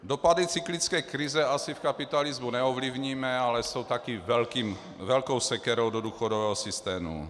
Dopady cyklické krize asi v kapitalismu neovlivníme, ale jsou také velkou sekerou do důchodového systému.